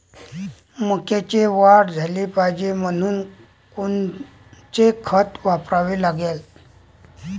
मक्याले वाढ झाली पाहिजे म्हनून कोनचे खतं वापराले लागन?